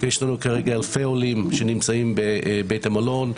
יש לנו כרגע אלפי עולים שנמצאים בבית המלון,